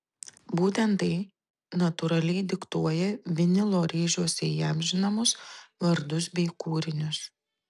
būtent tai natūraliai diktuoja vinilo rėžiuose įamžinamus vardus bei kūrinius